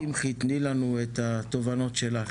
קמחי תני לנו את התובנות שלך.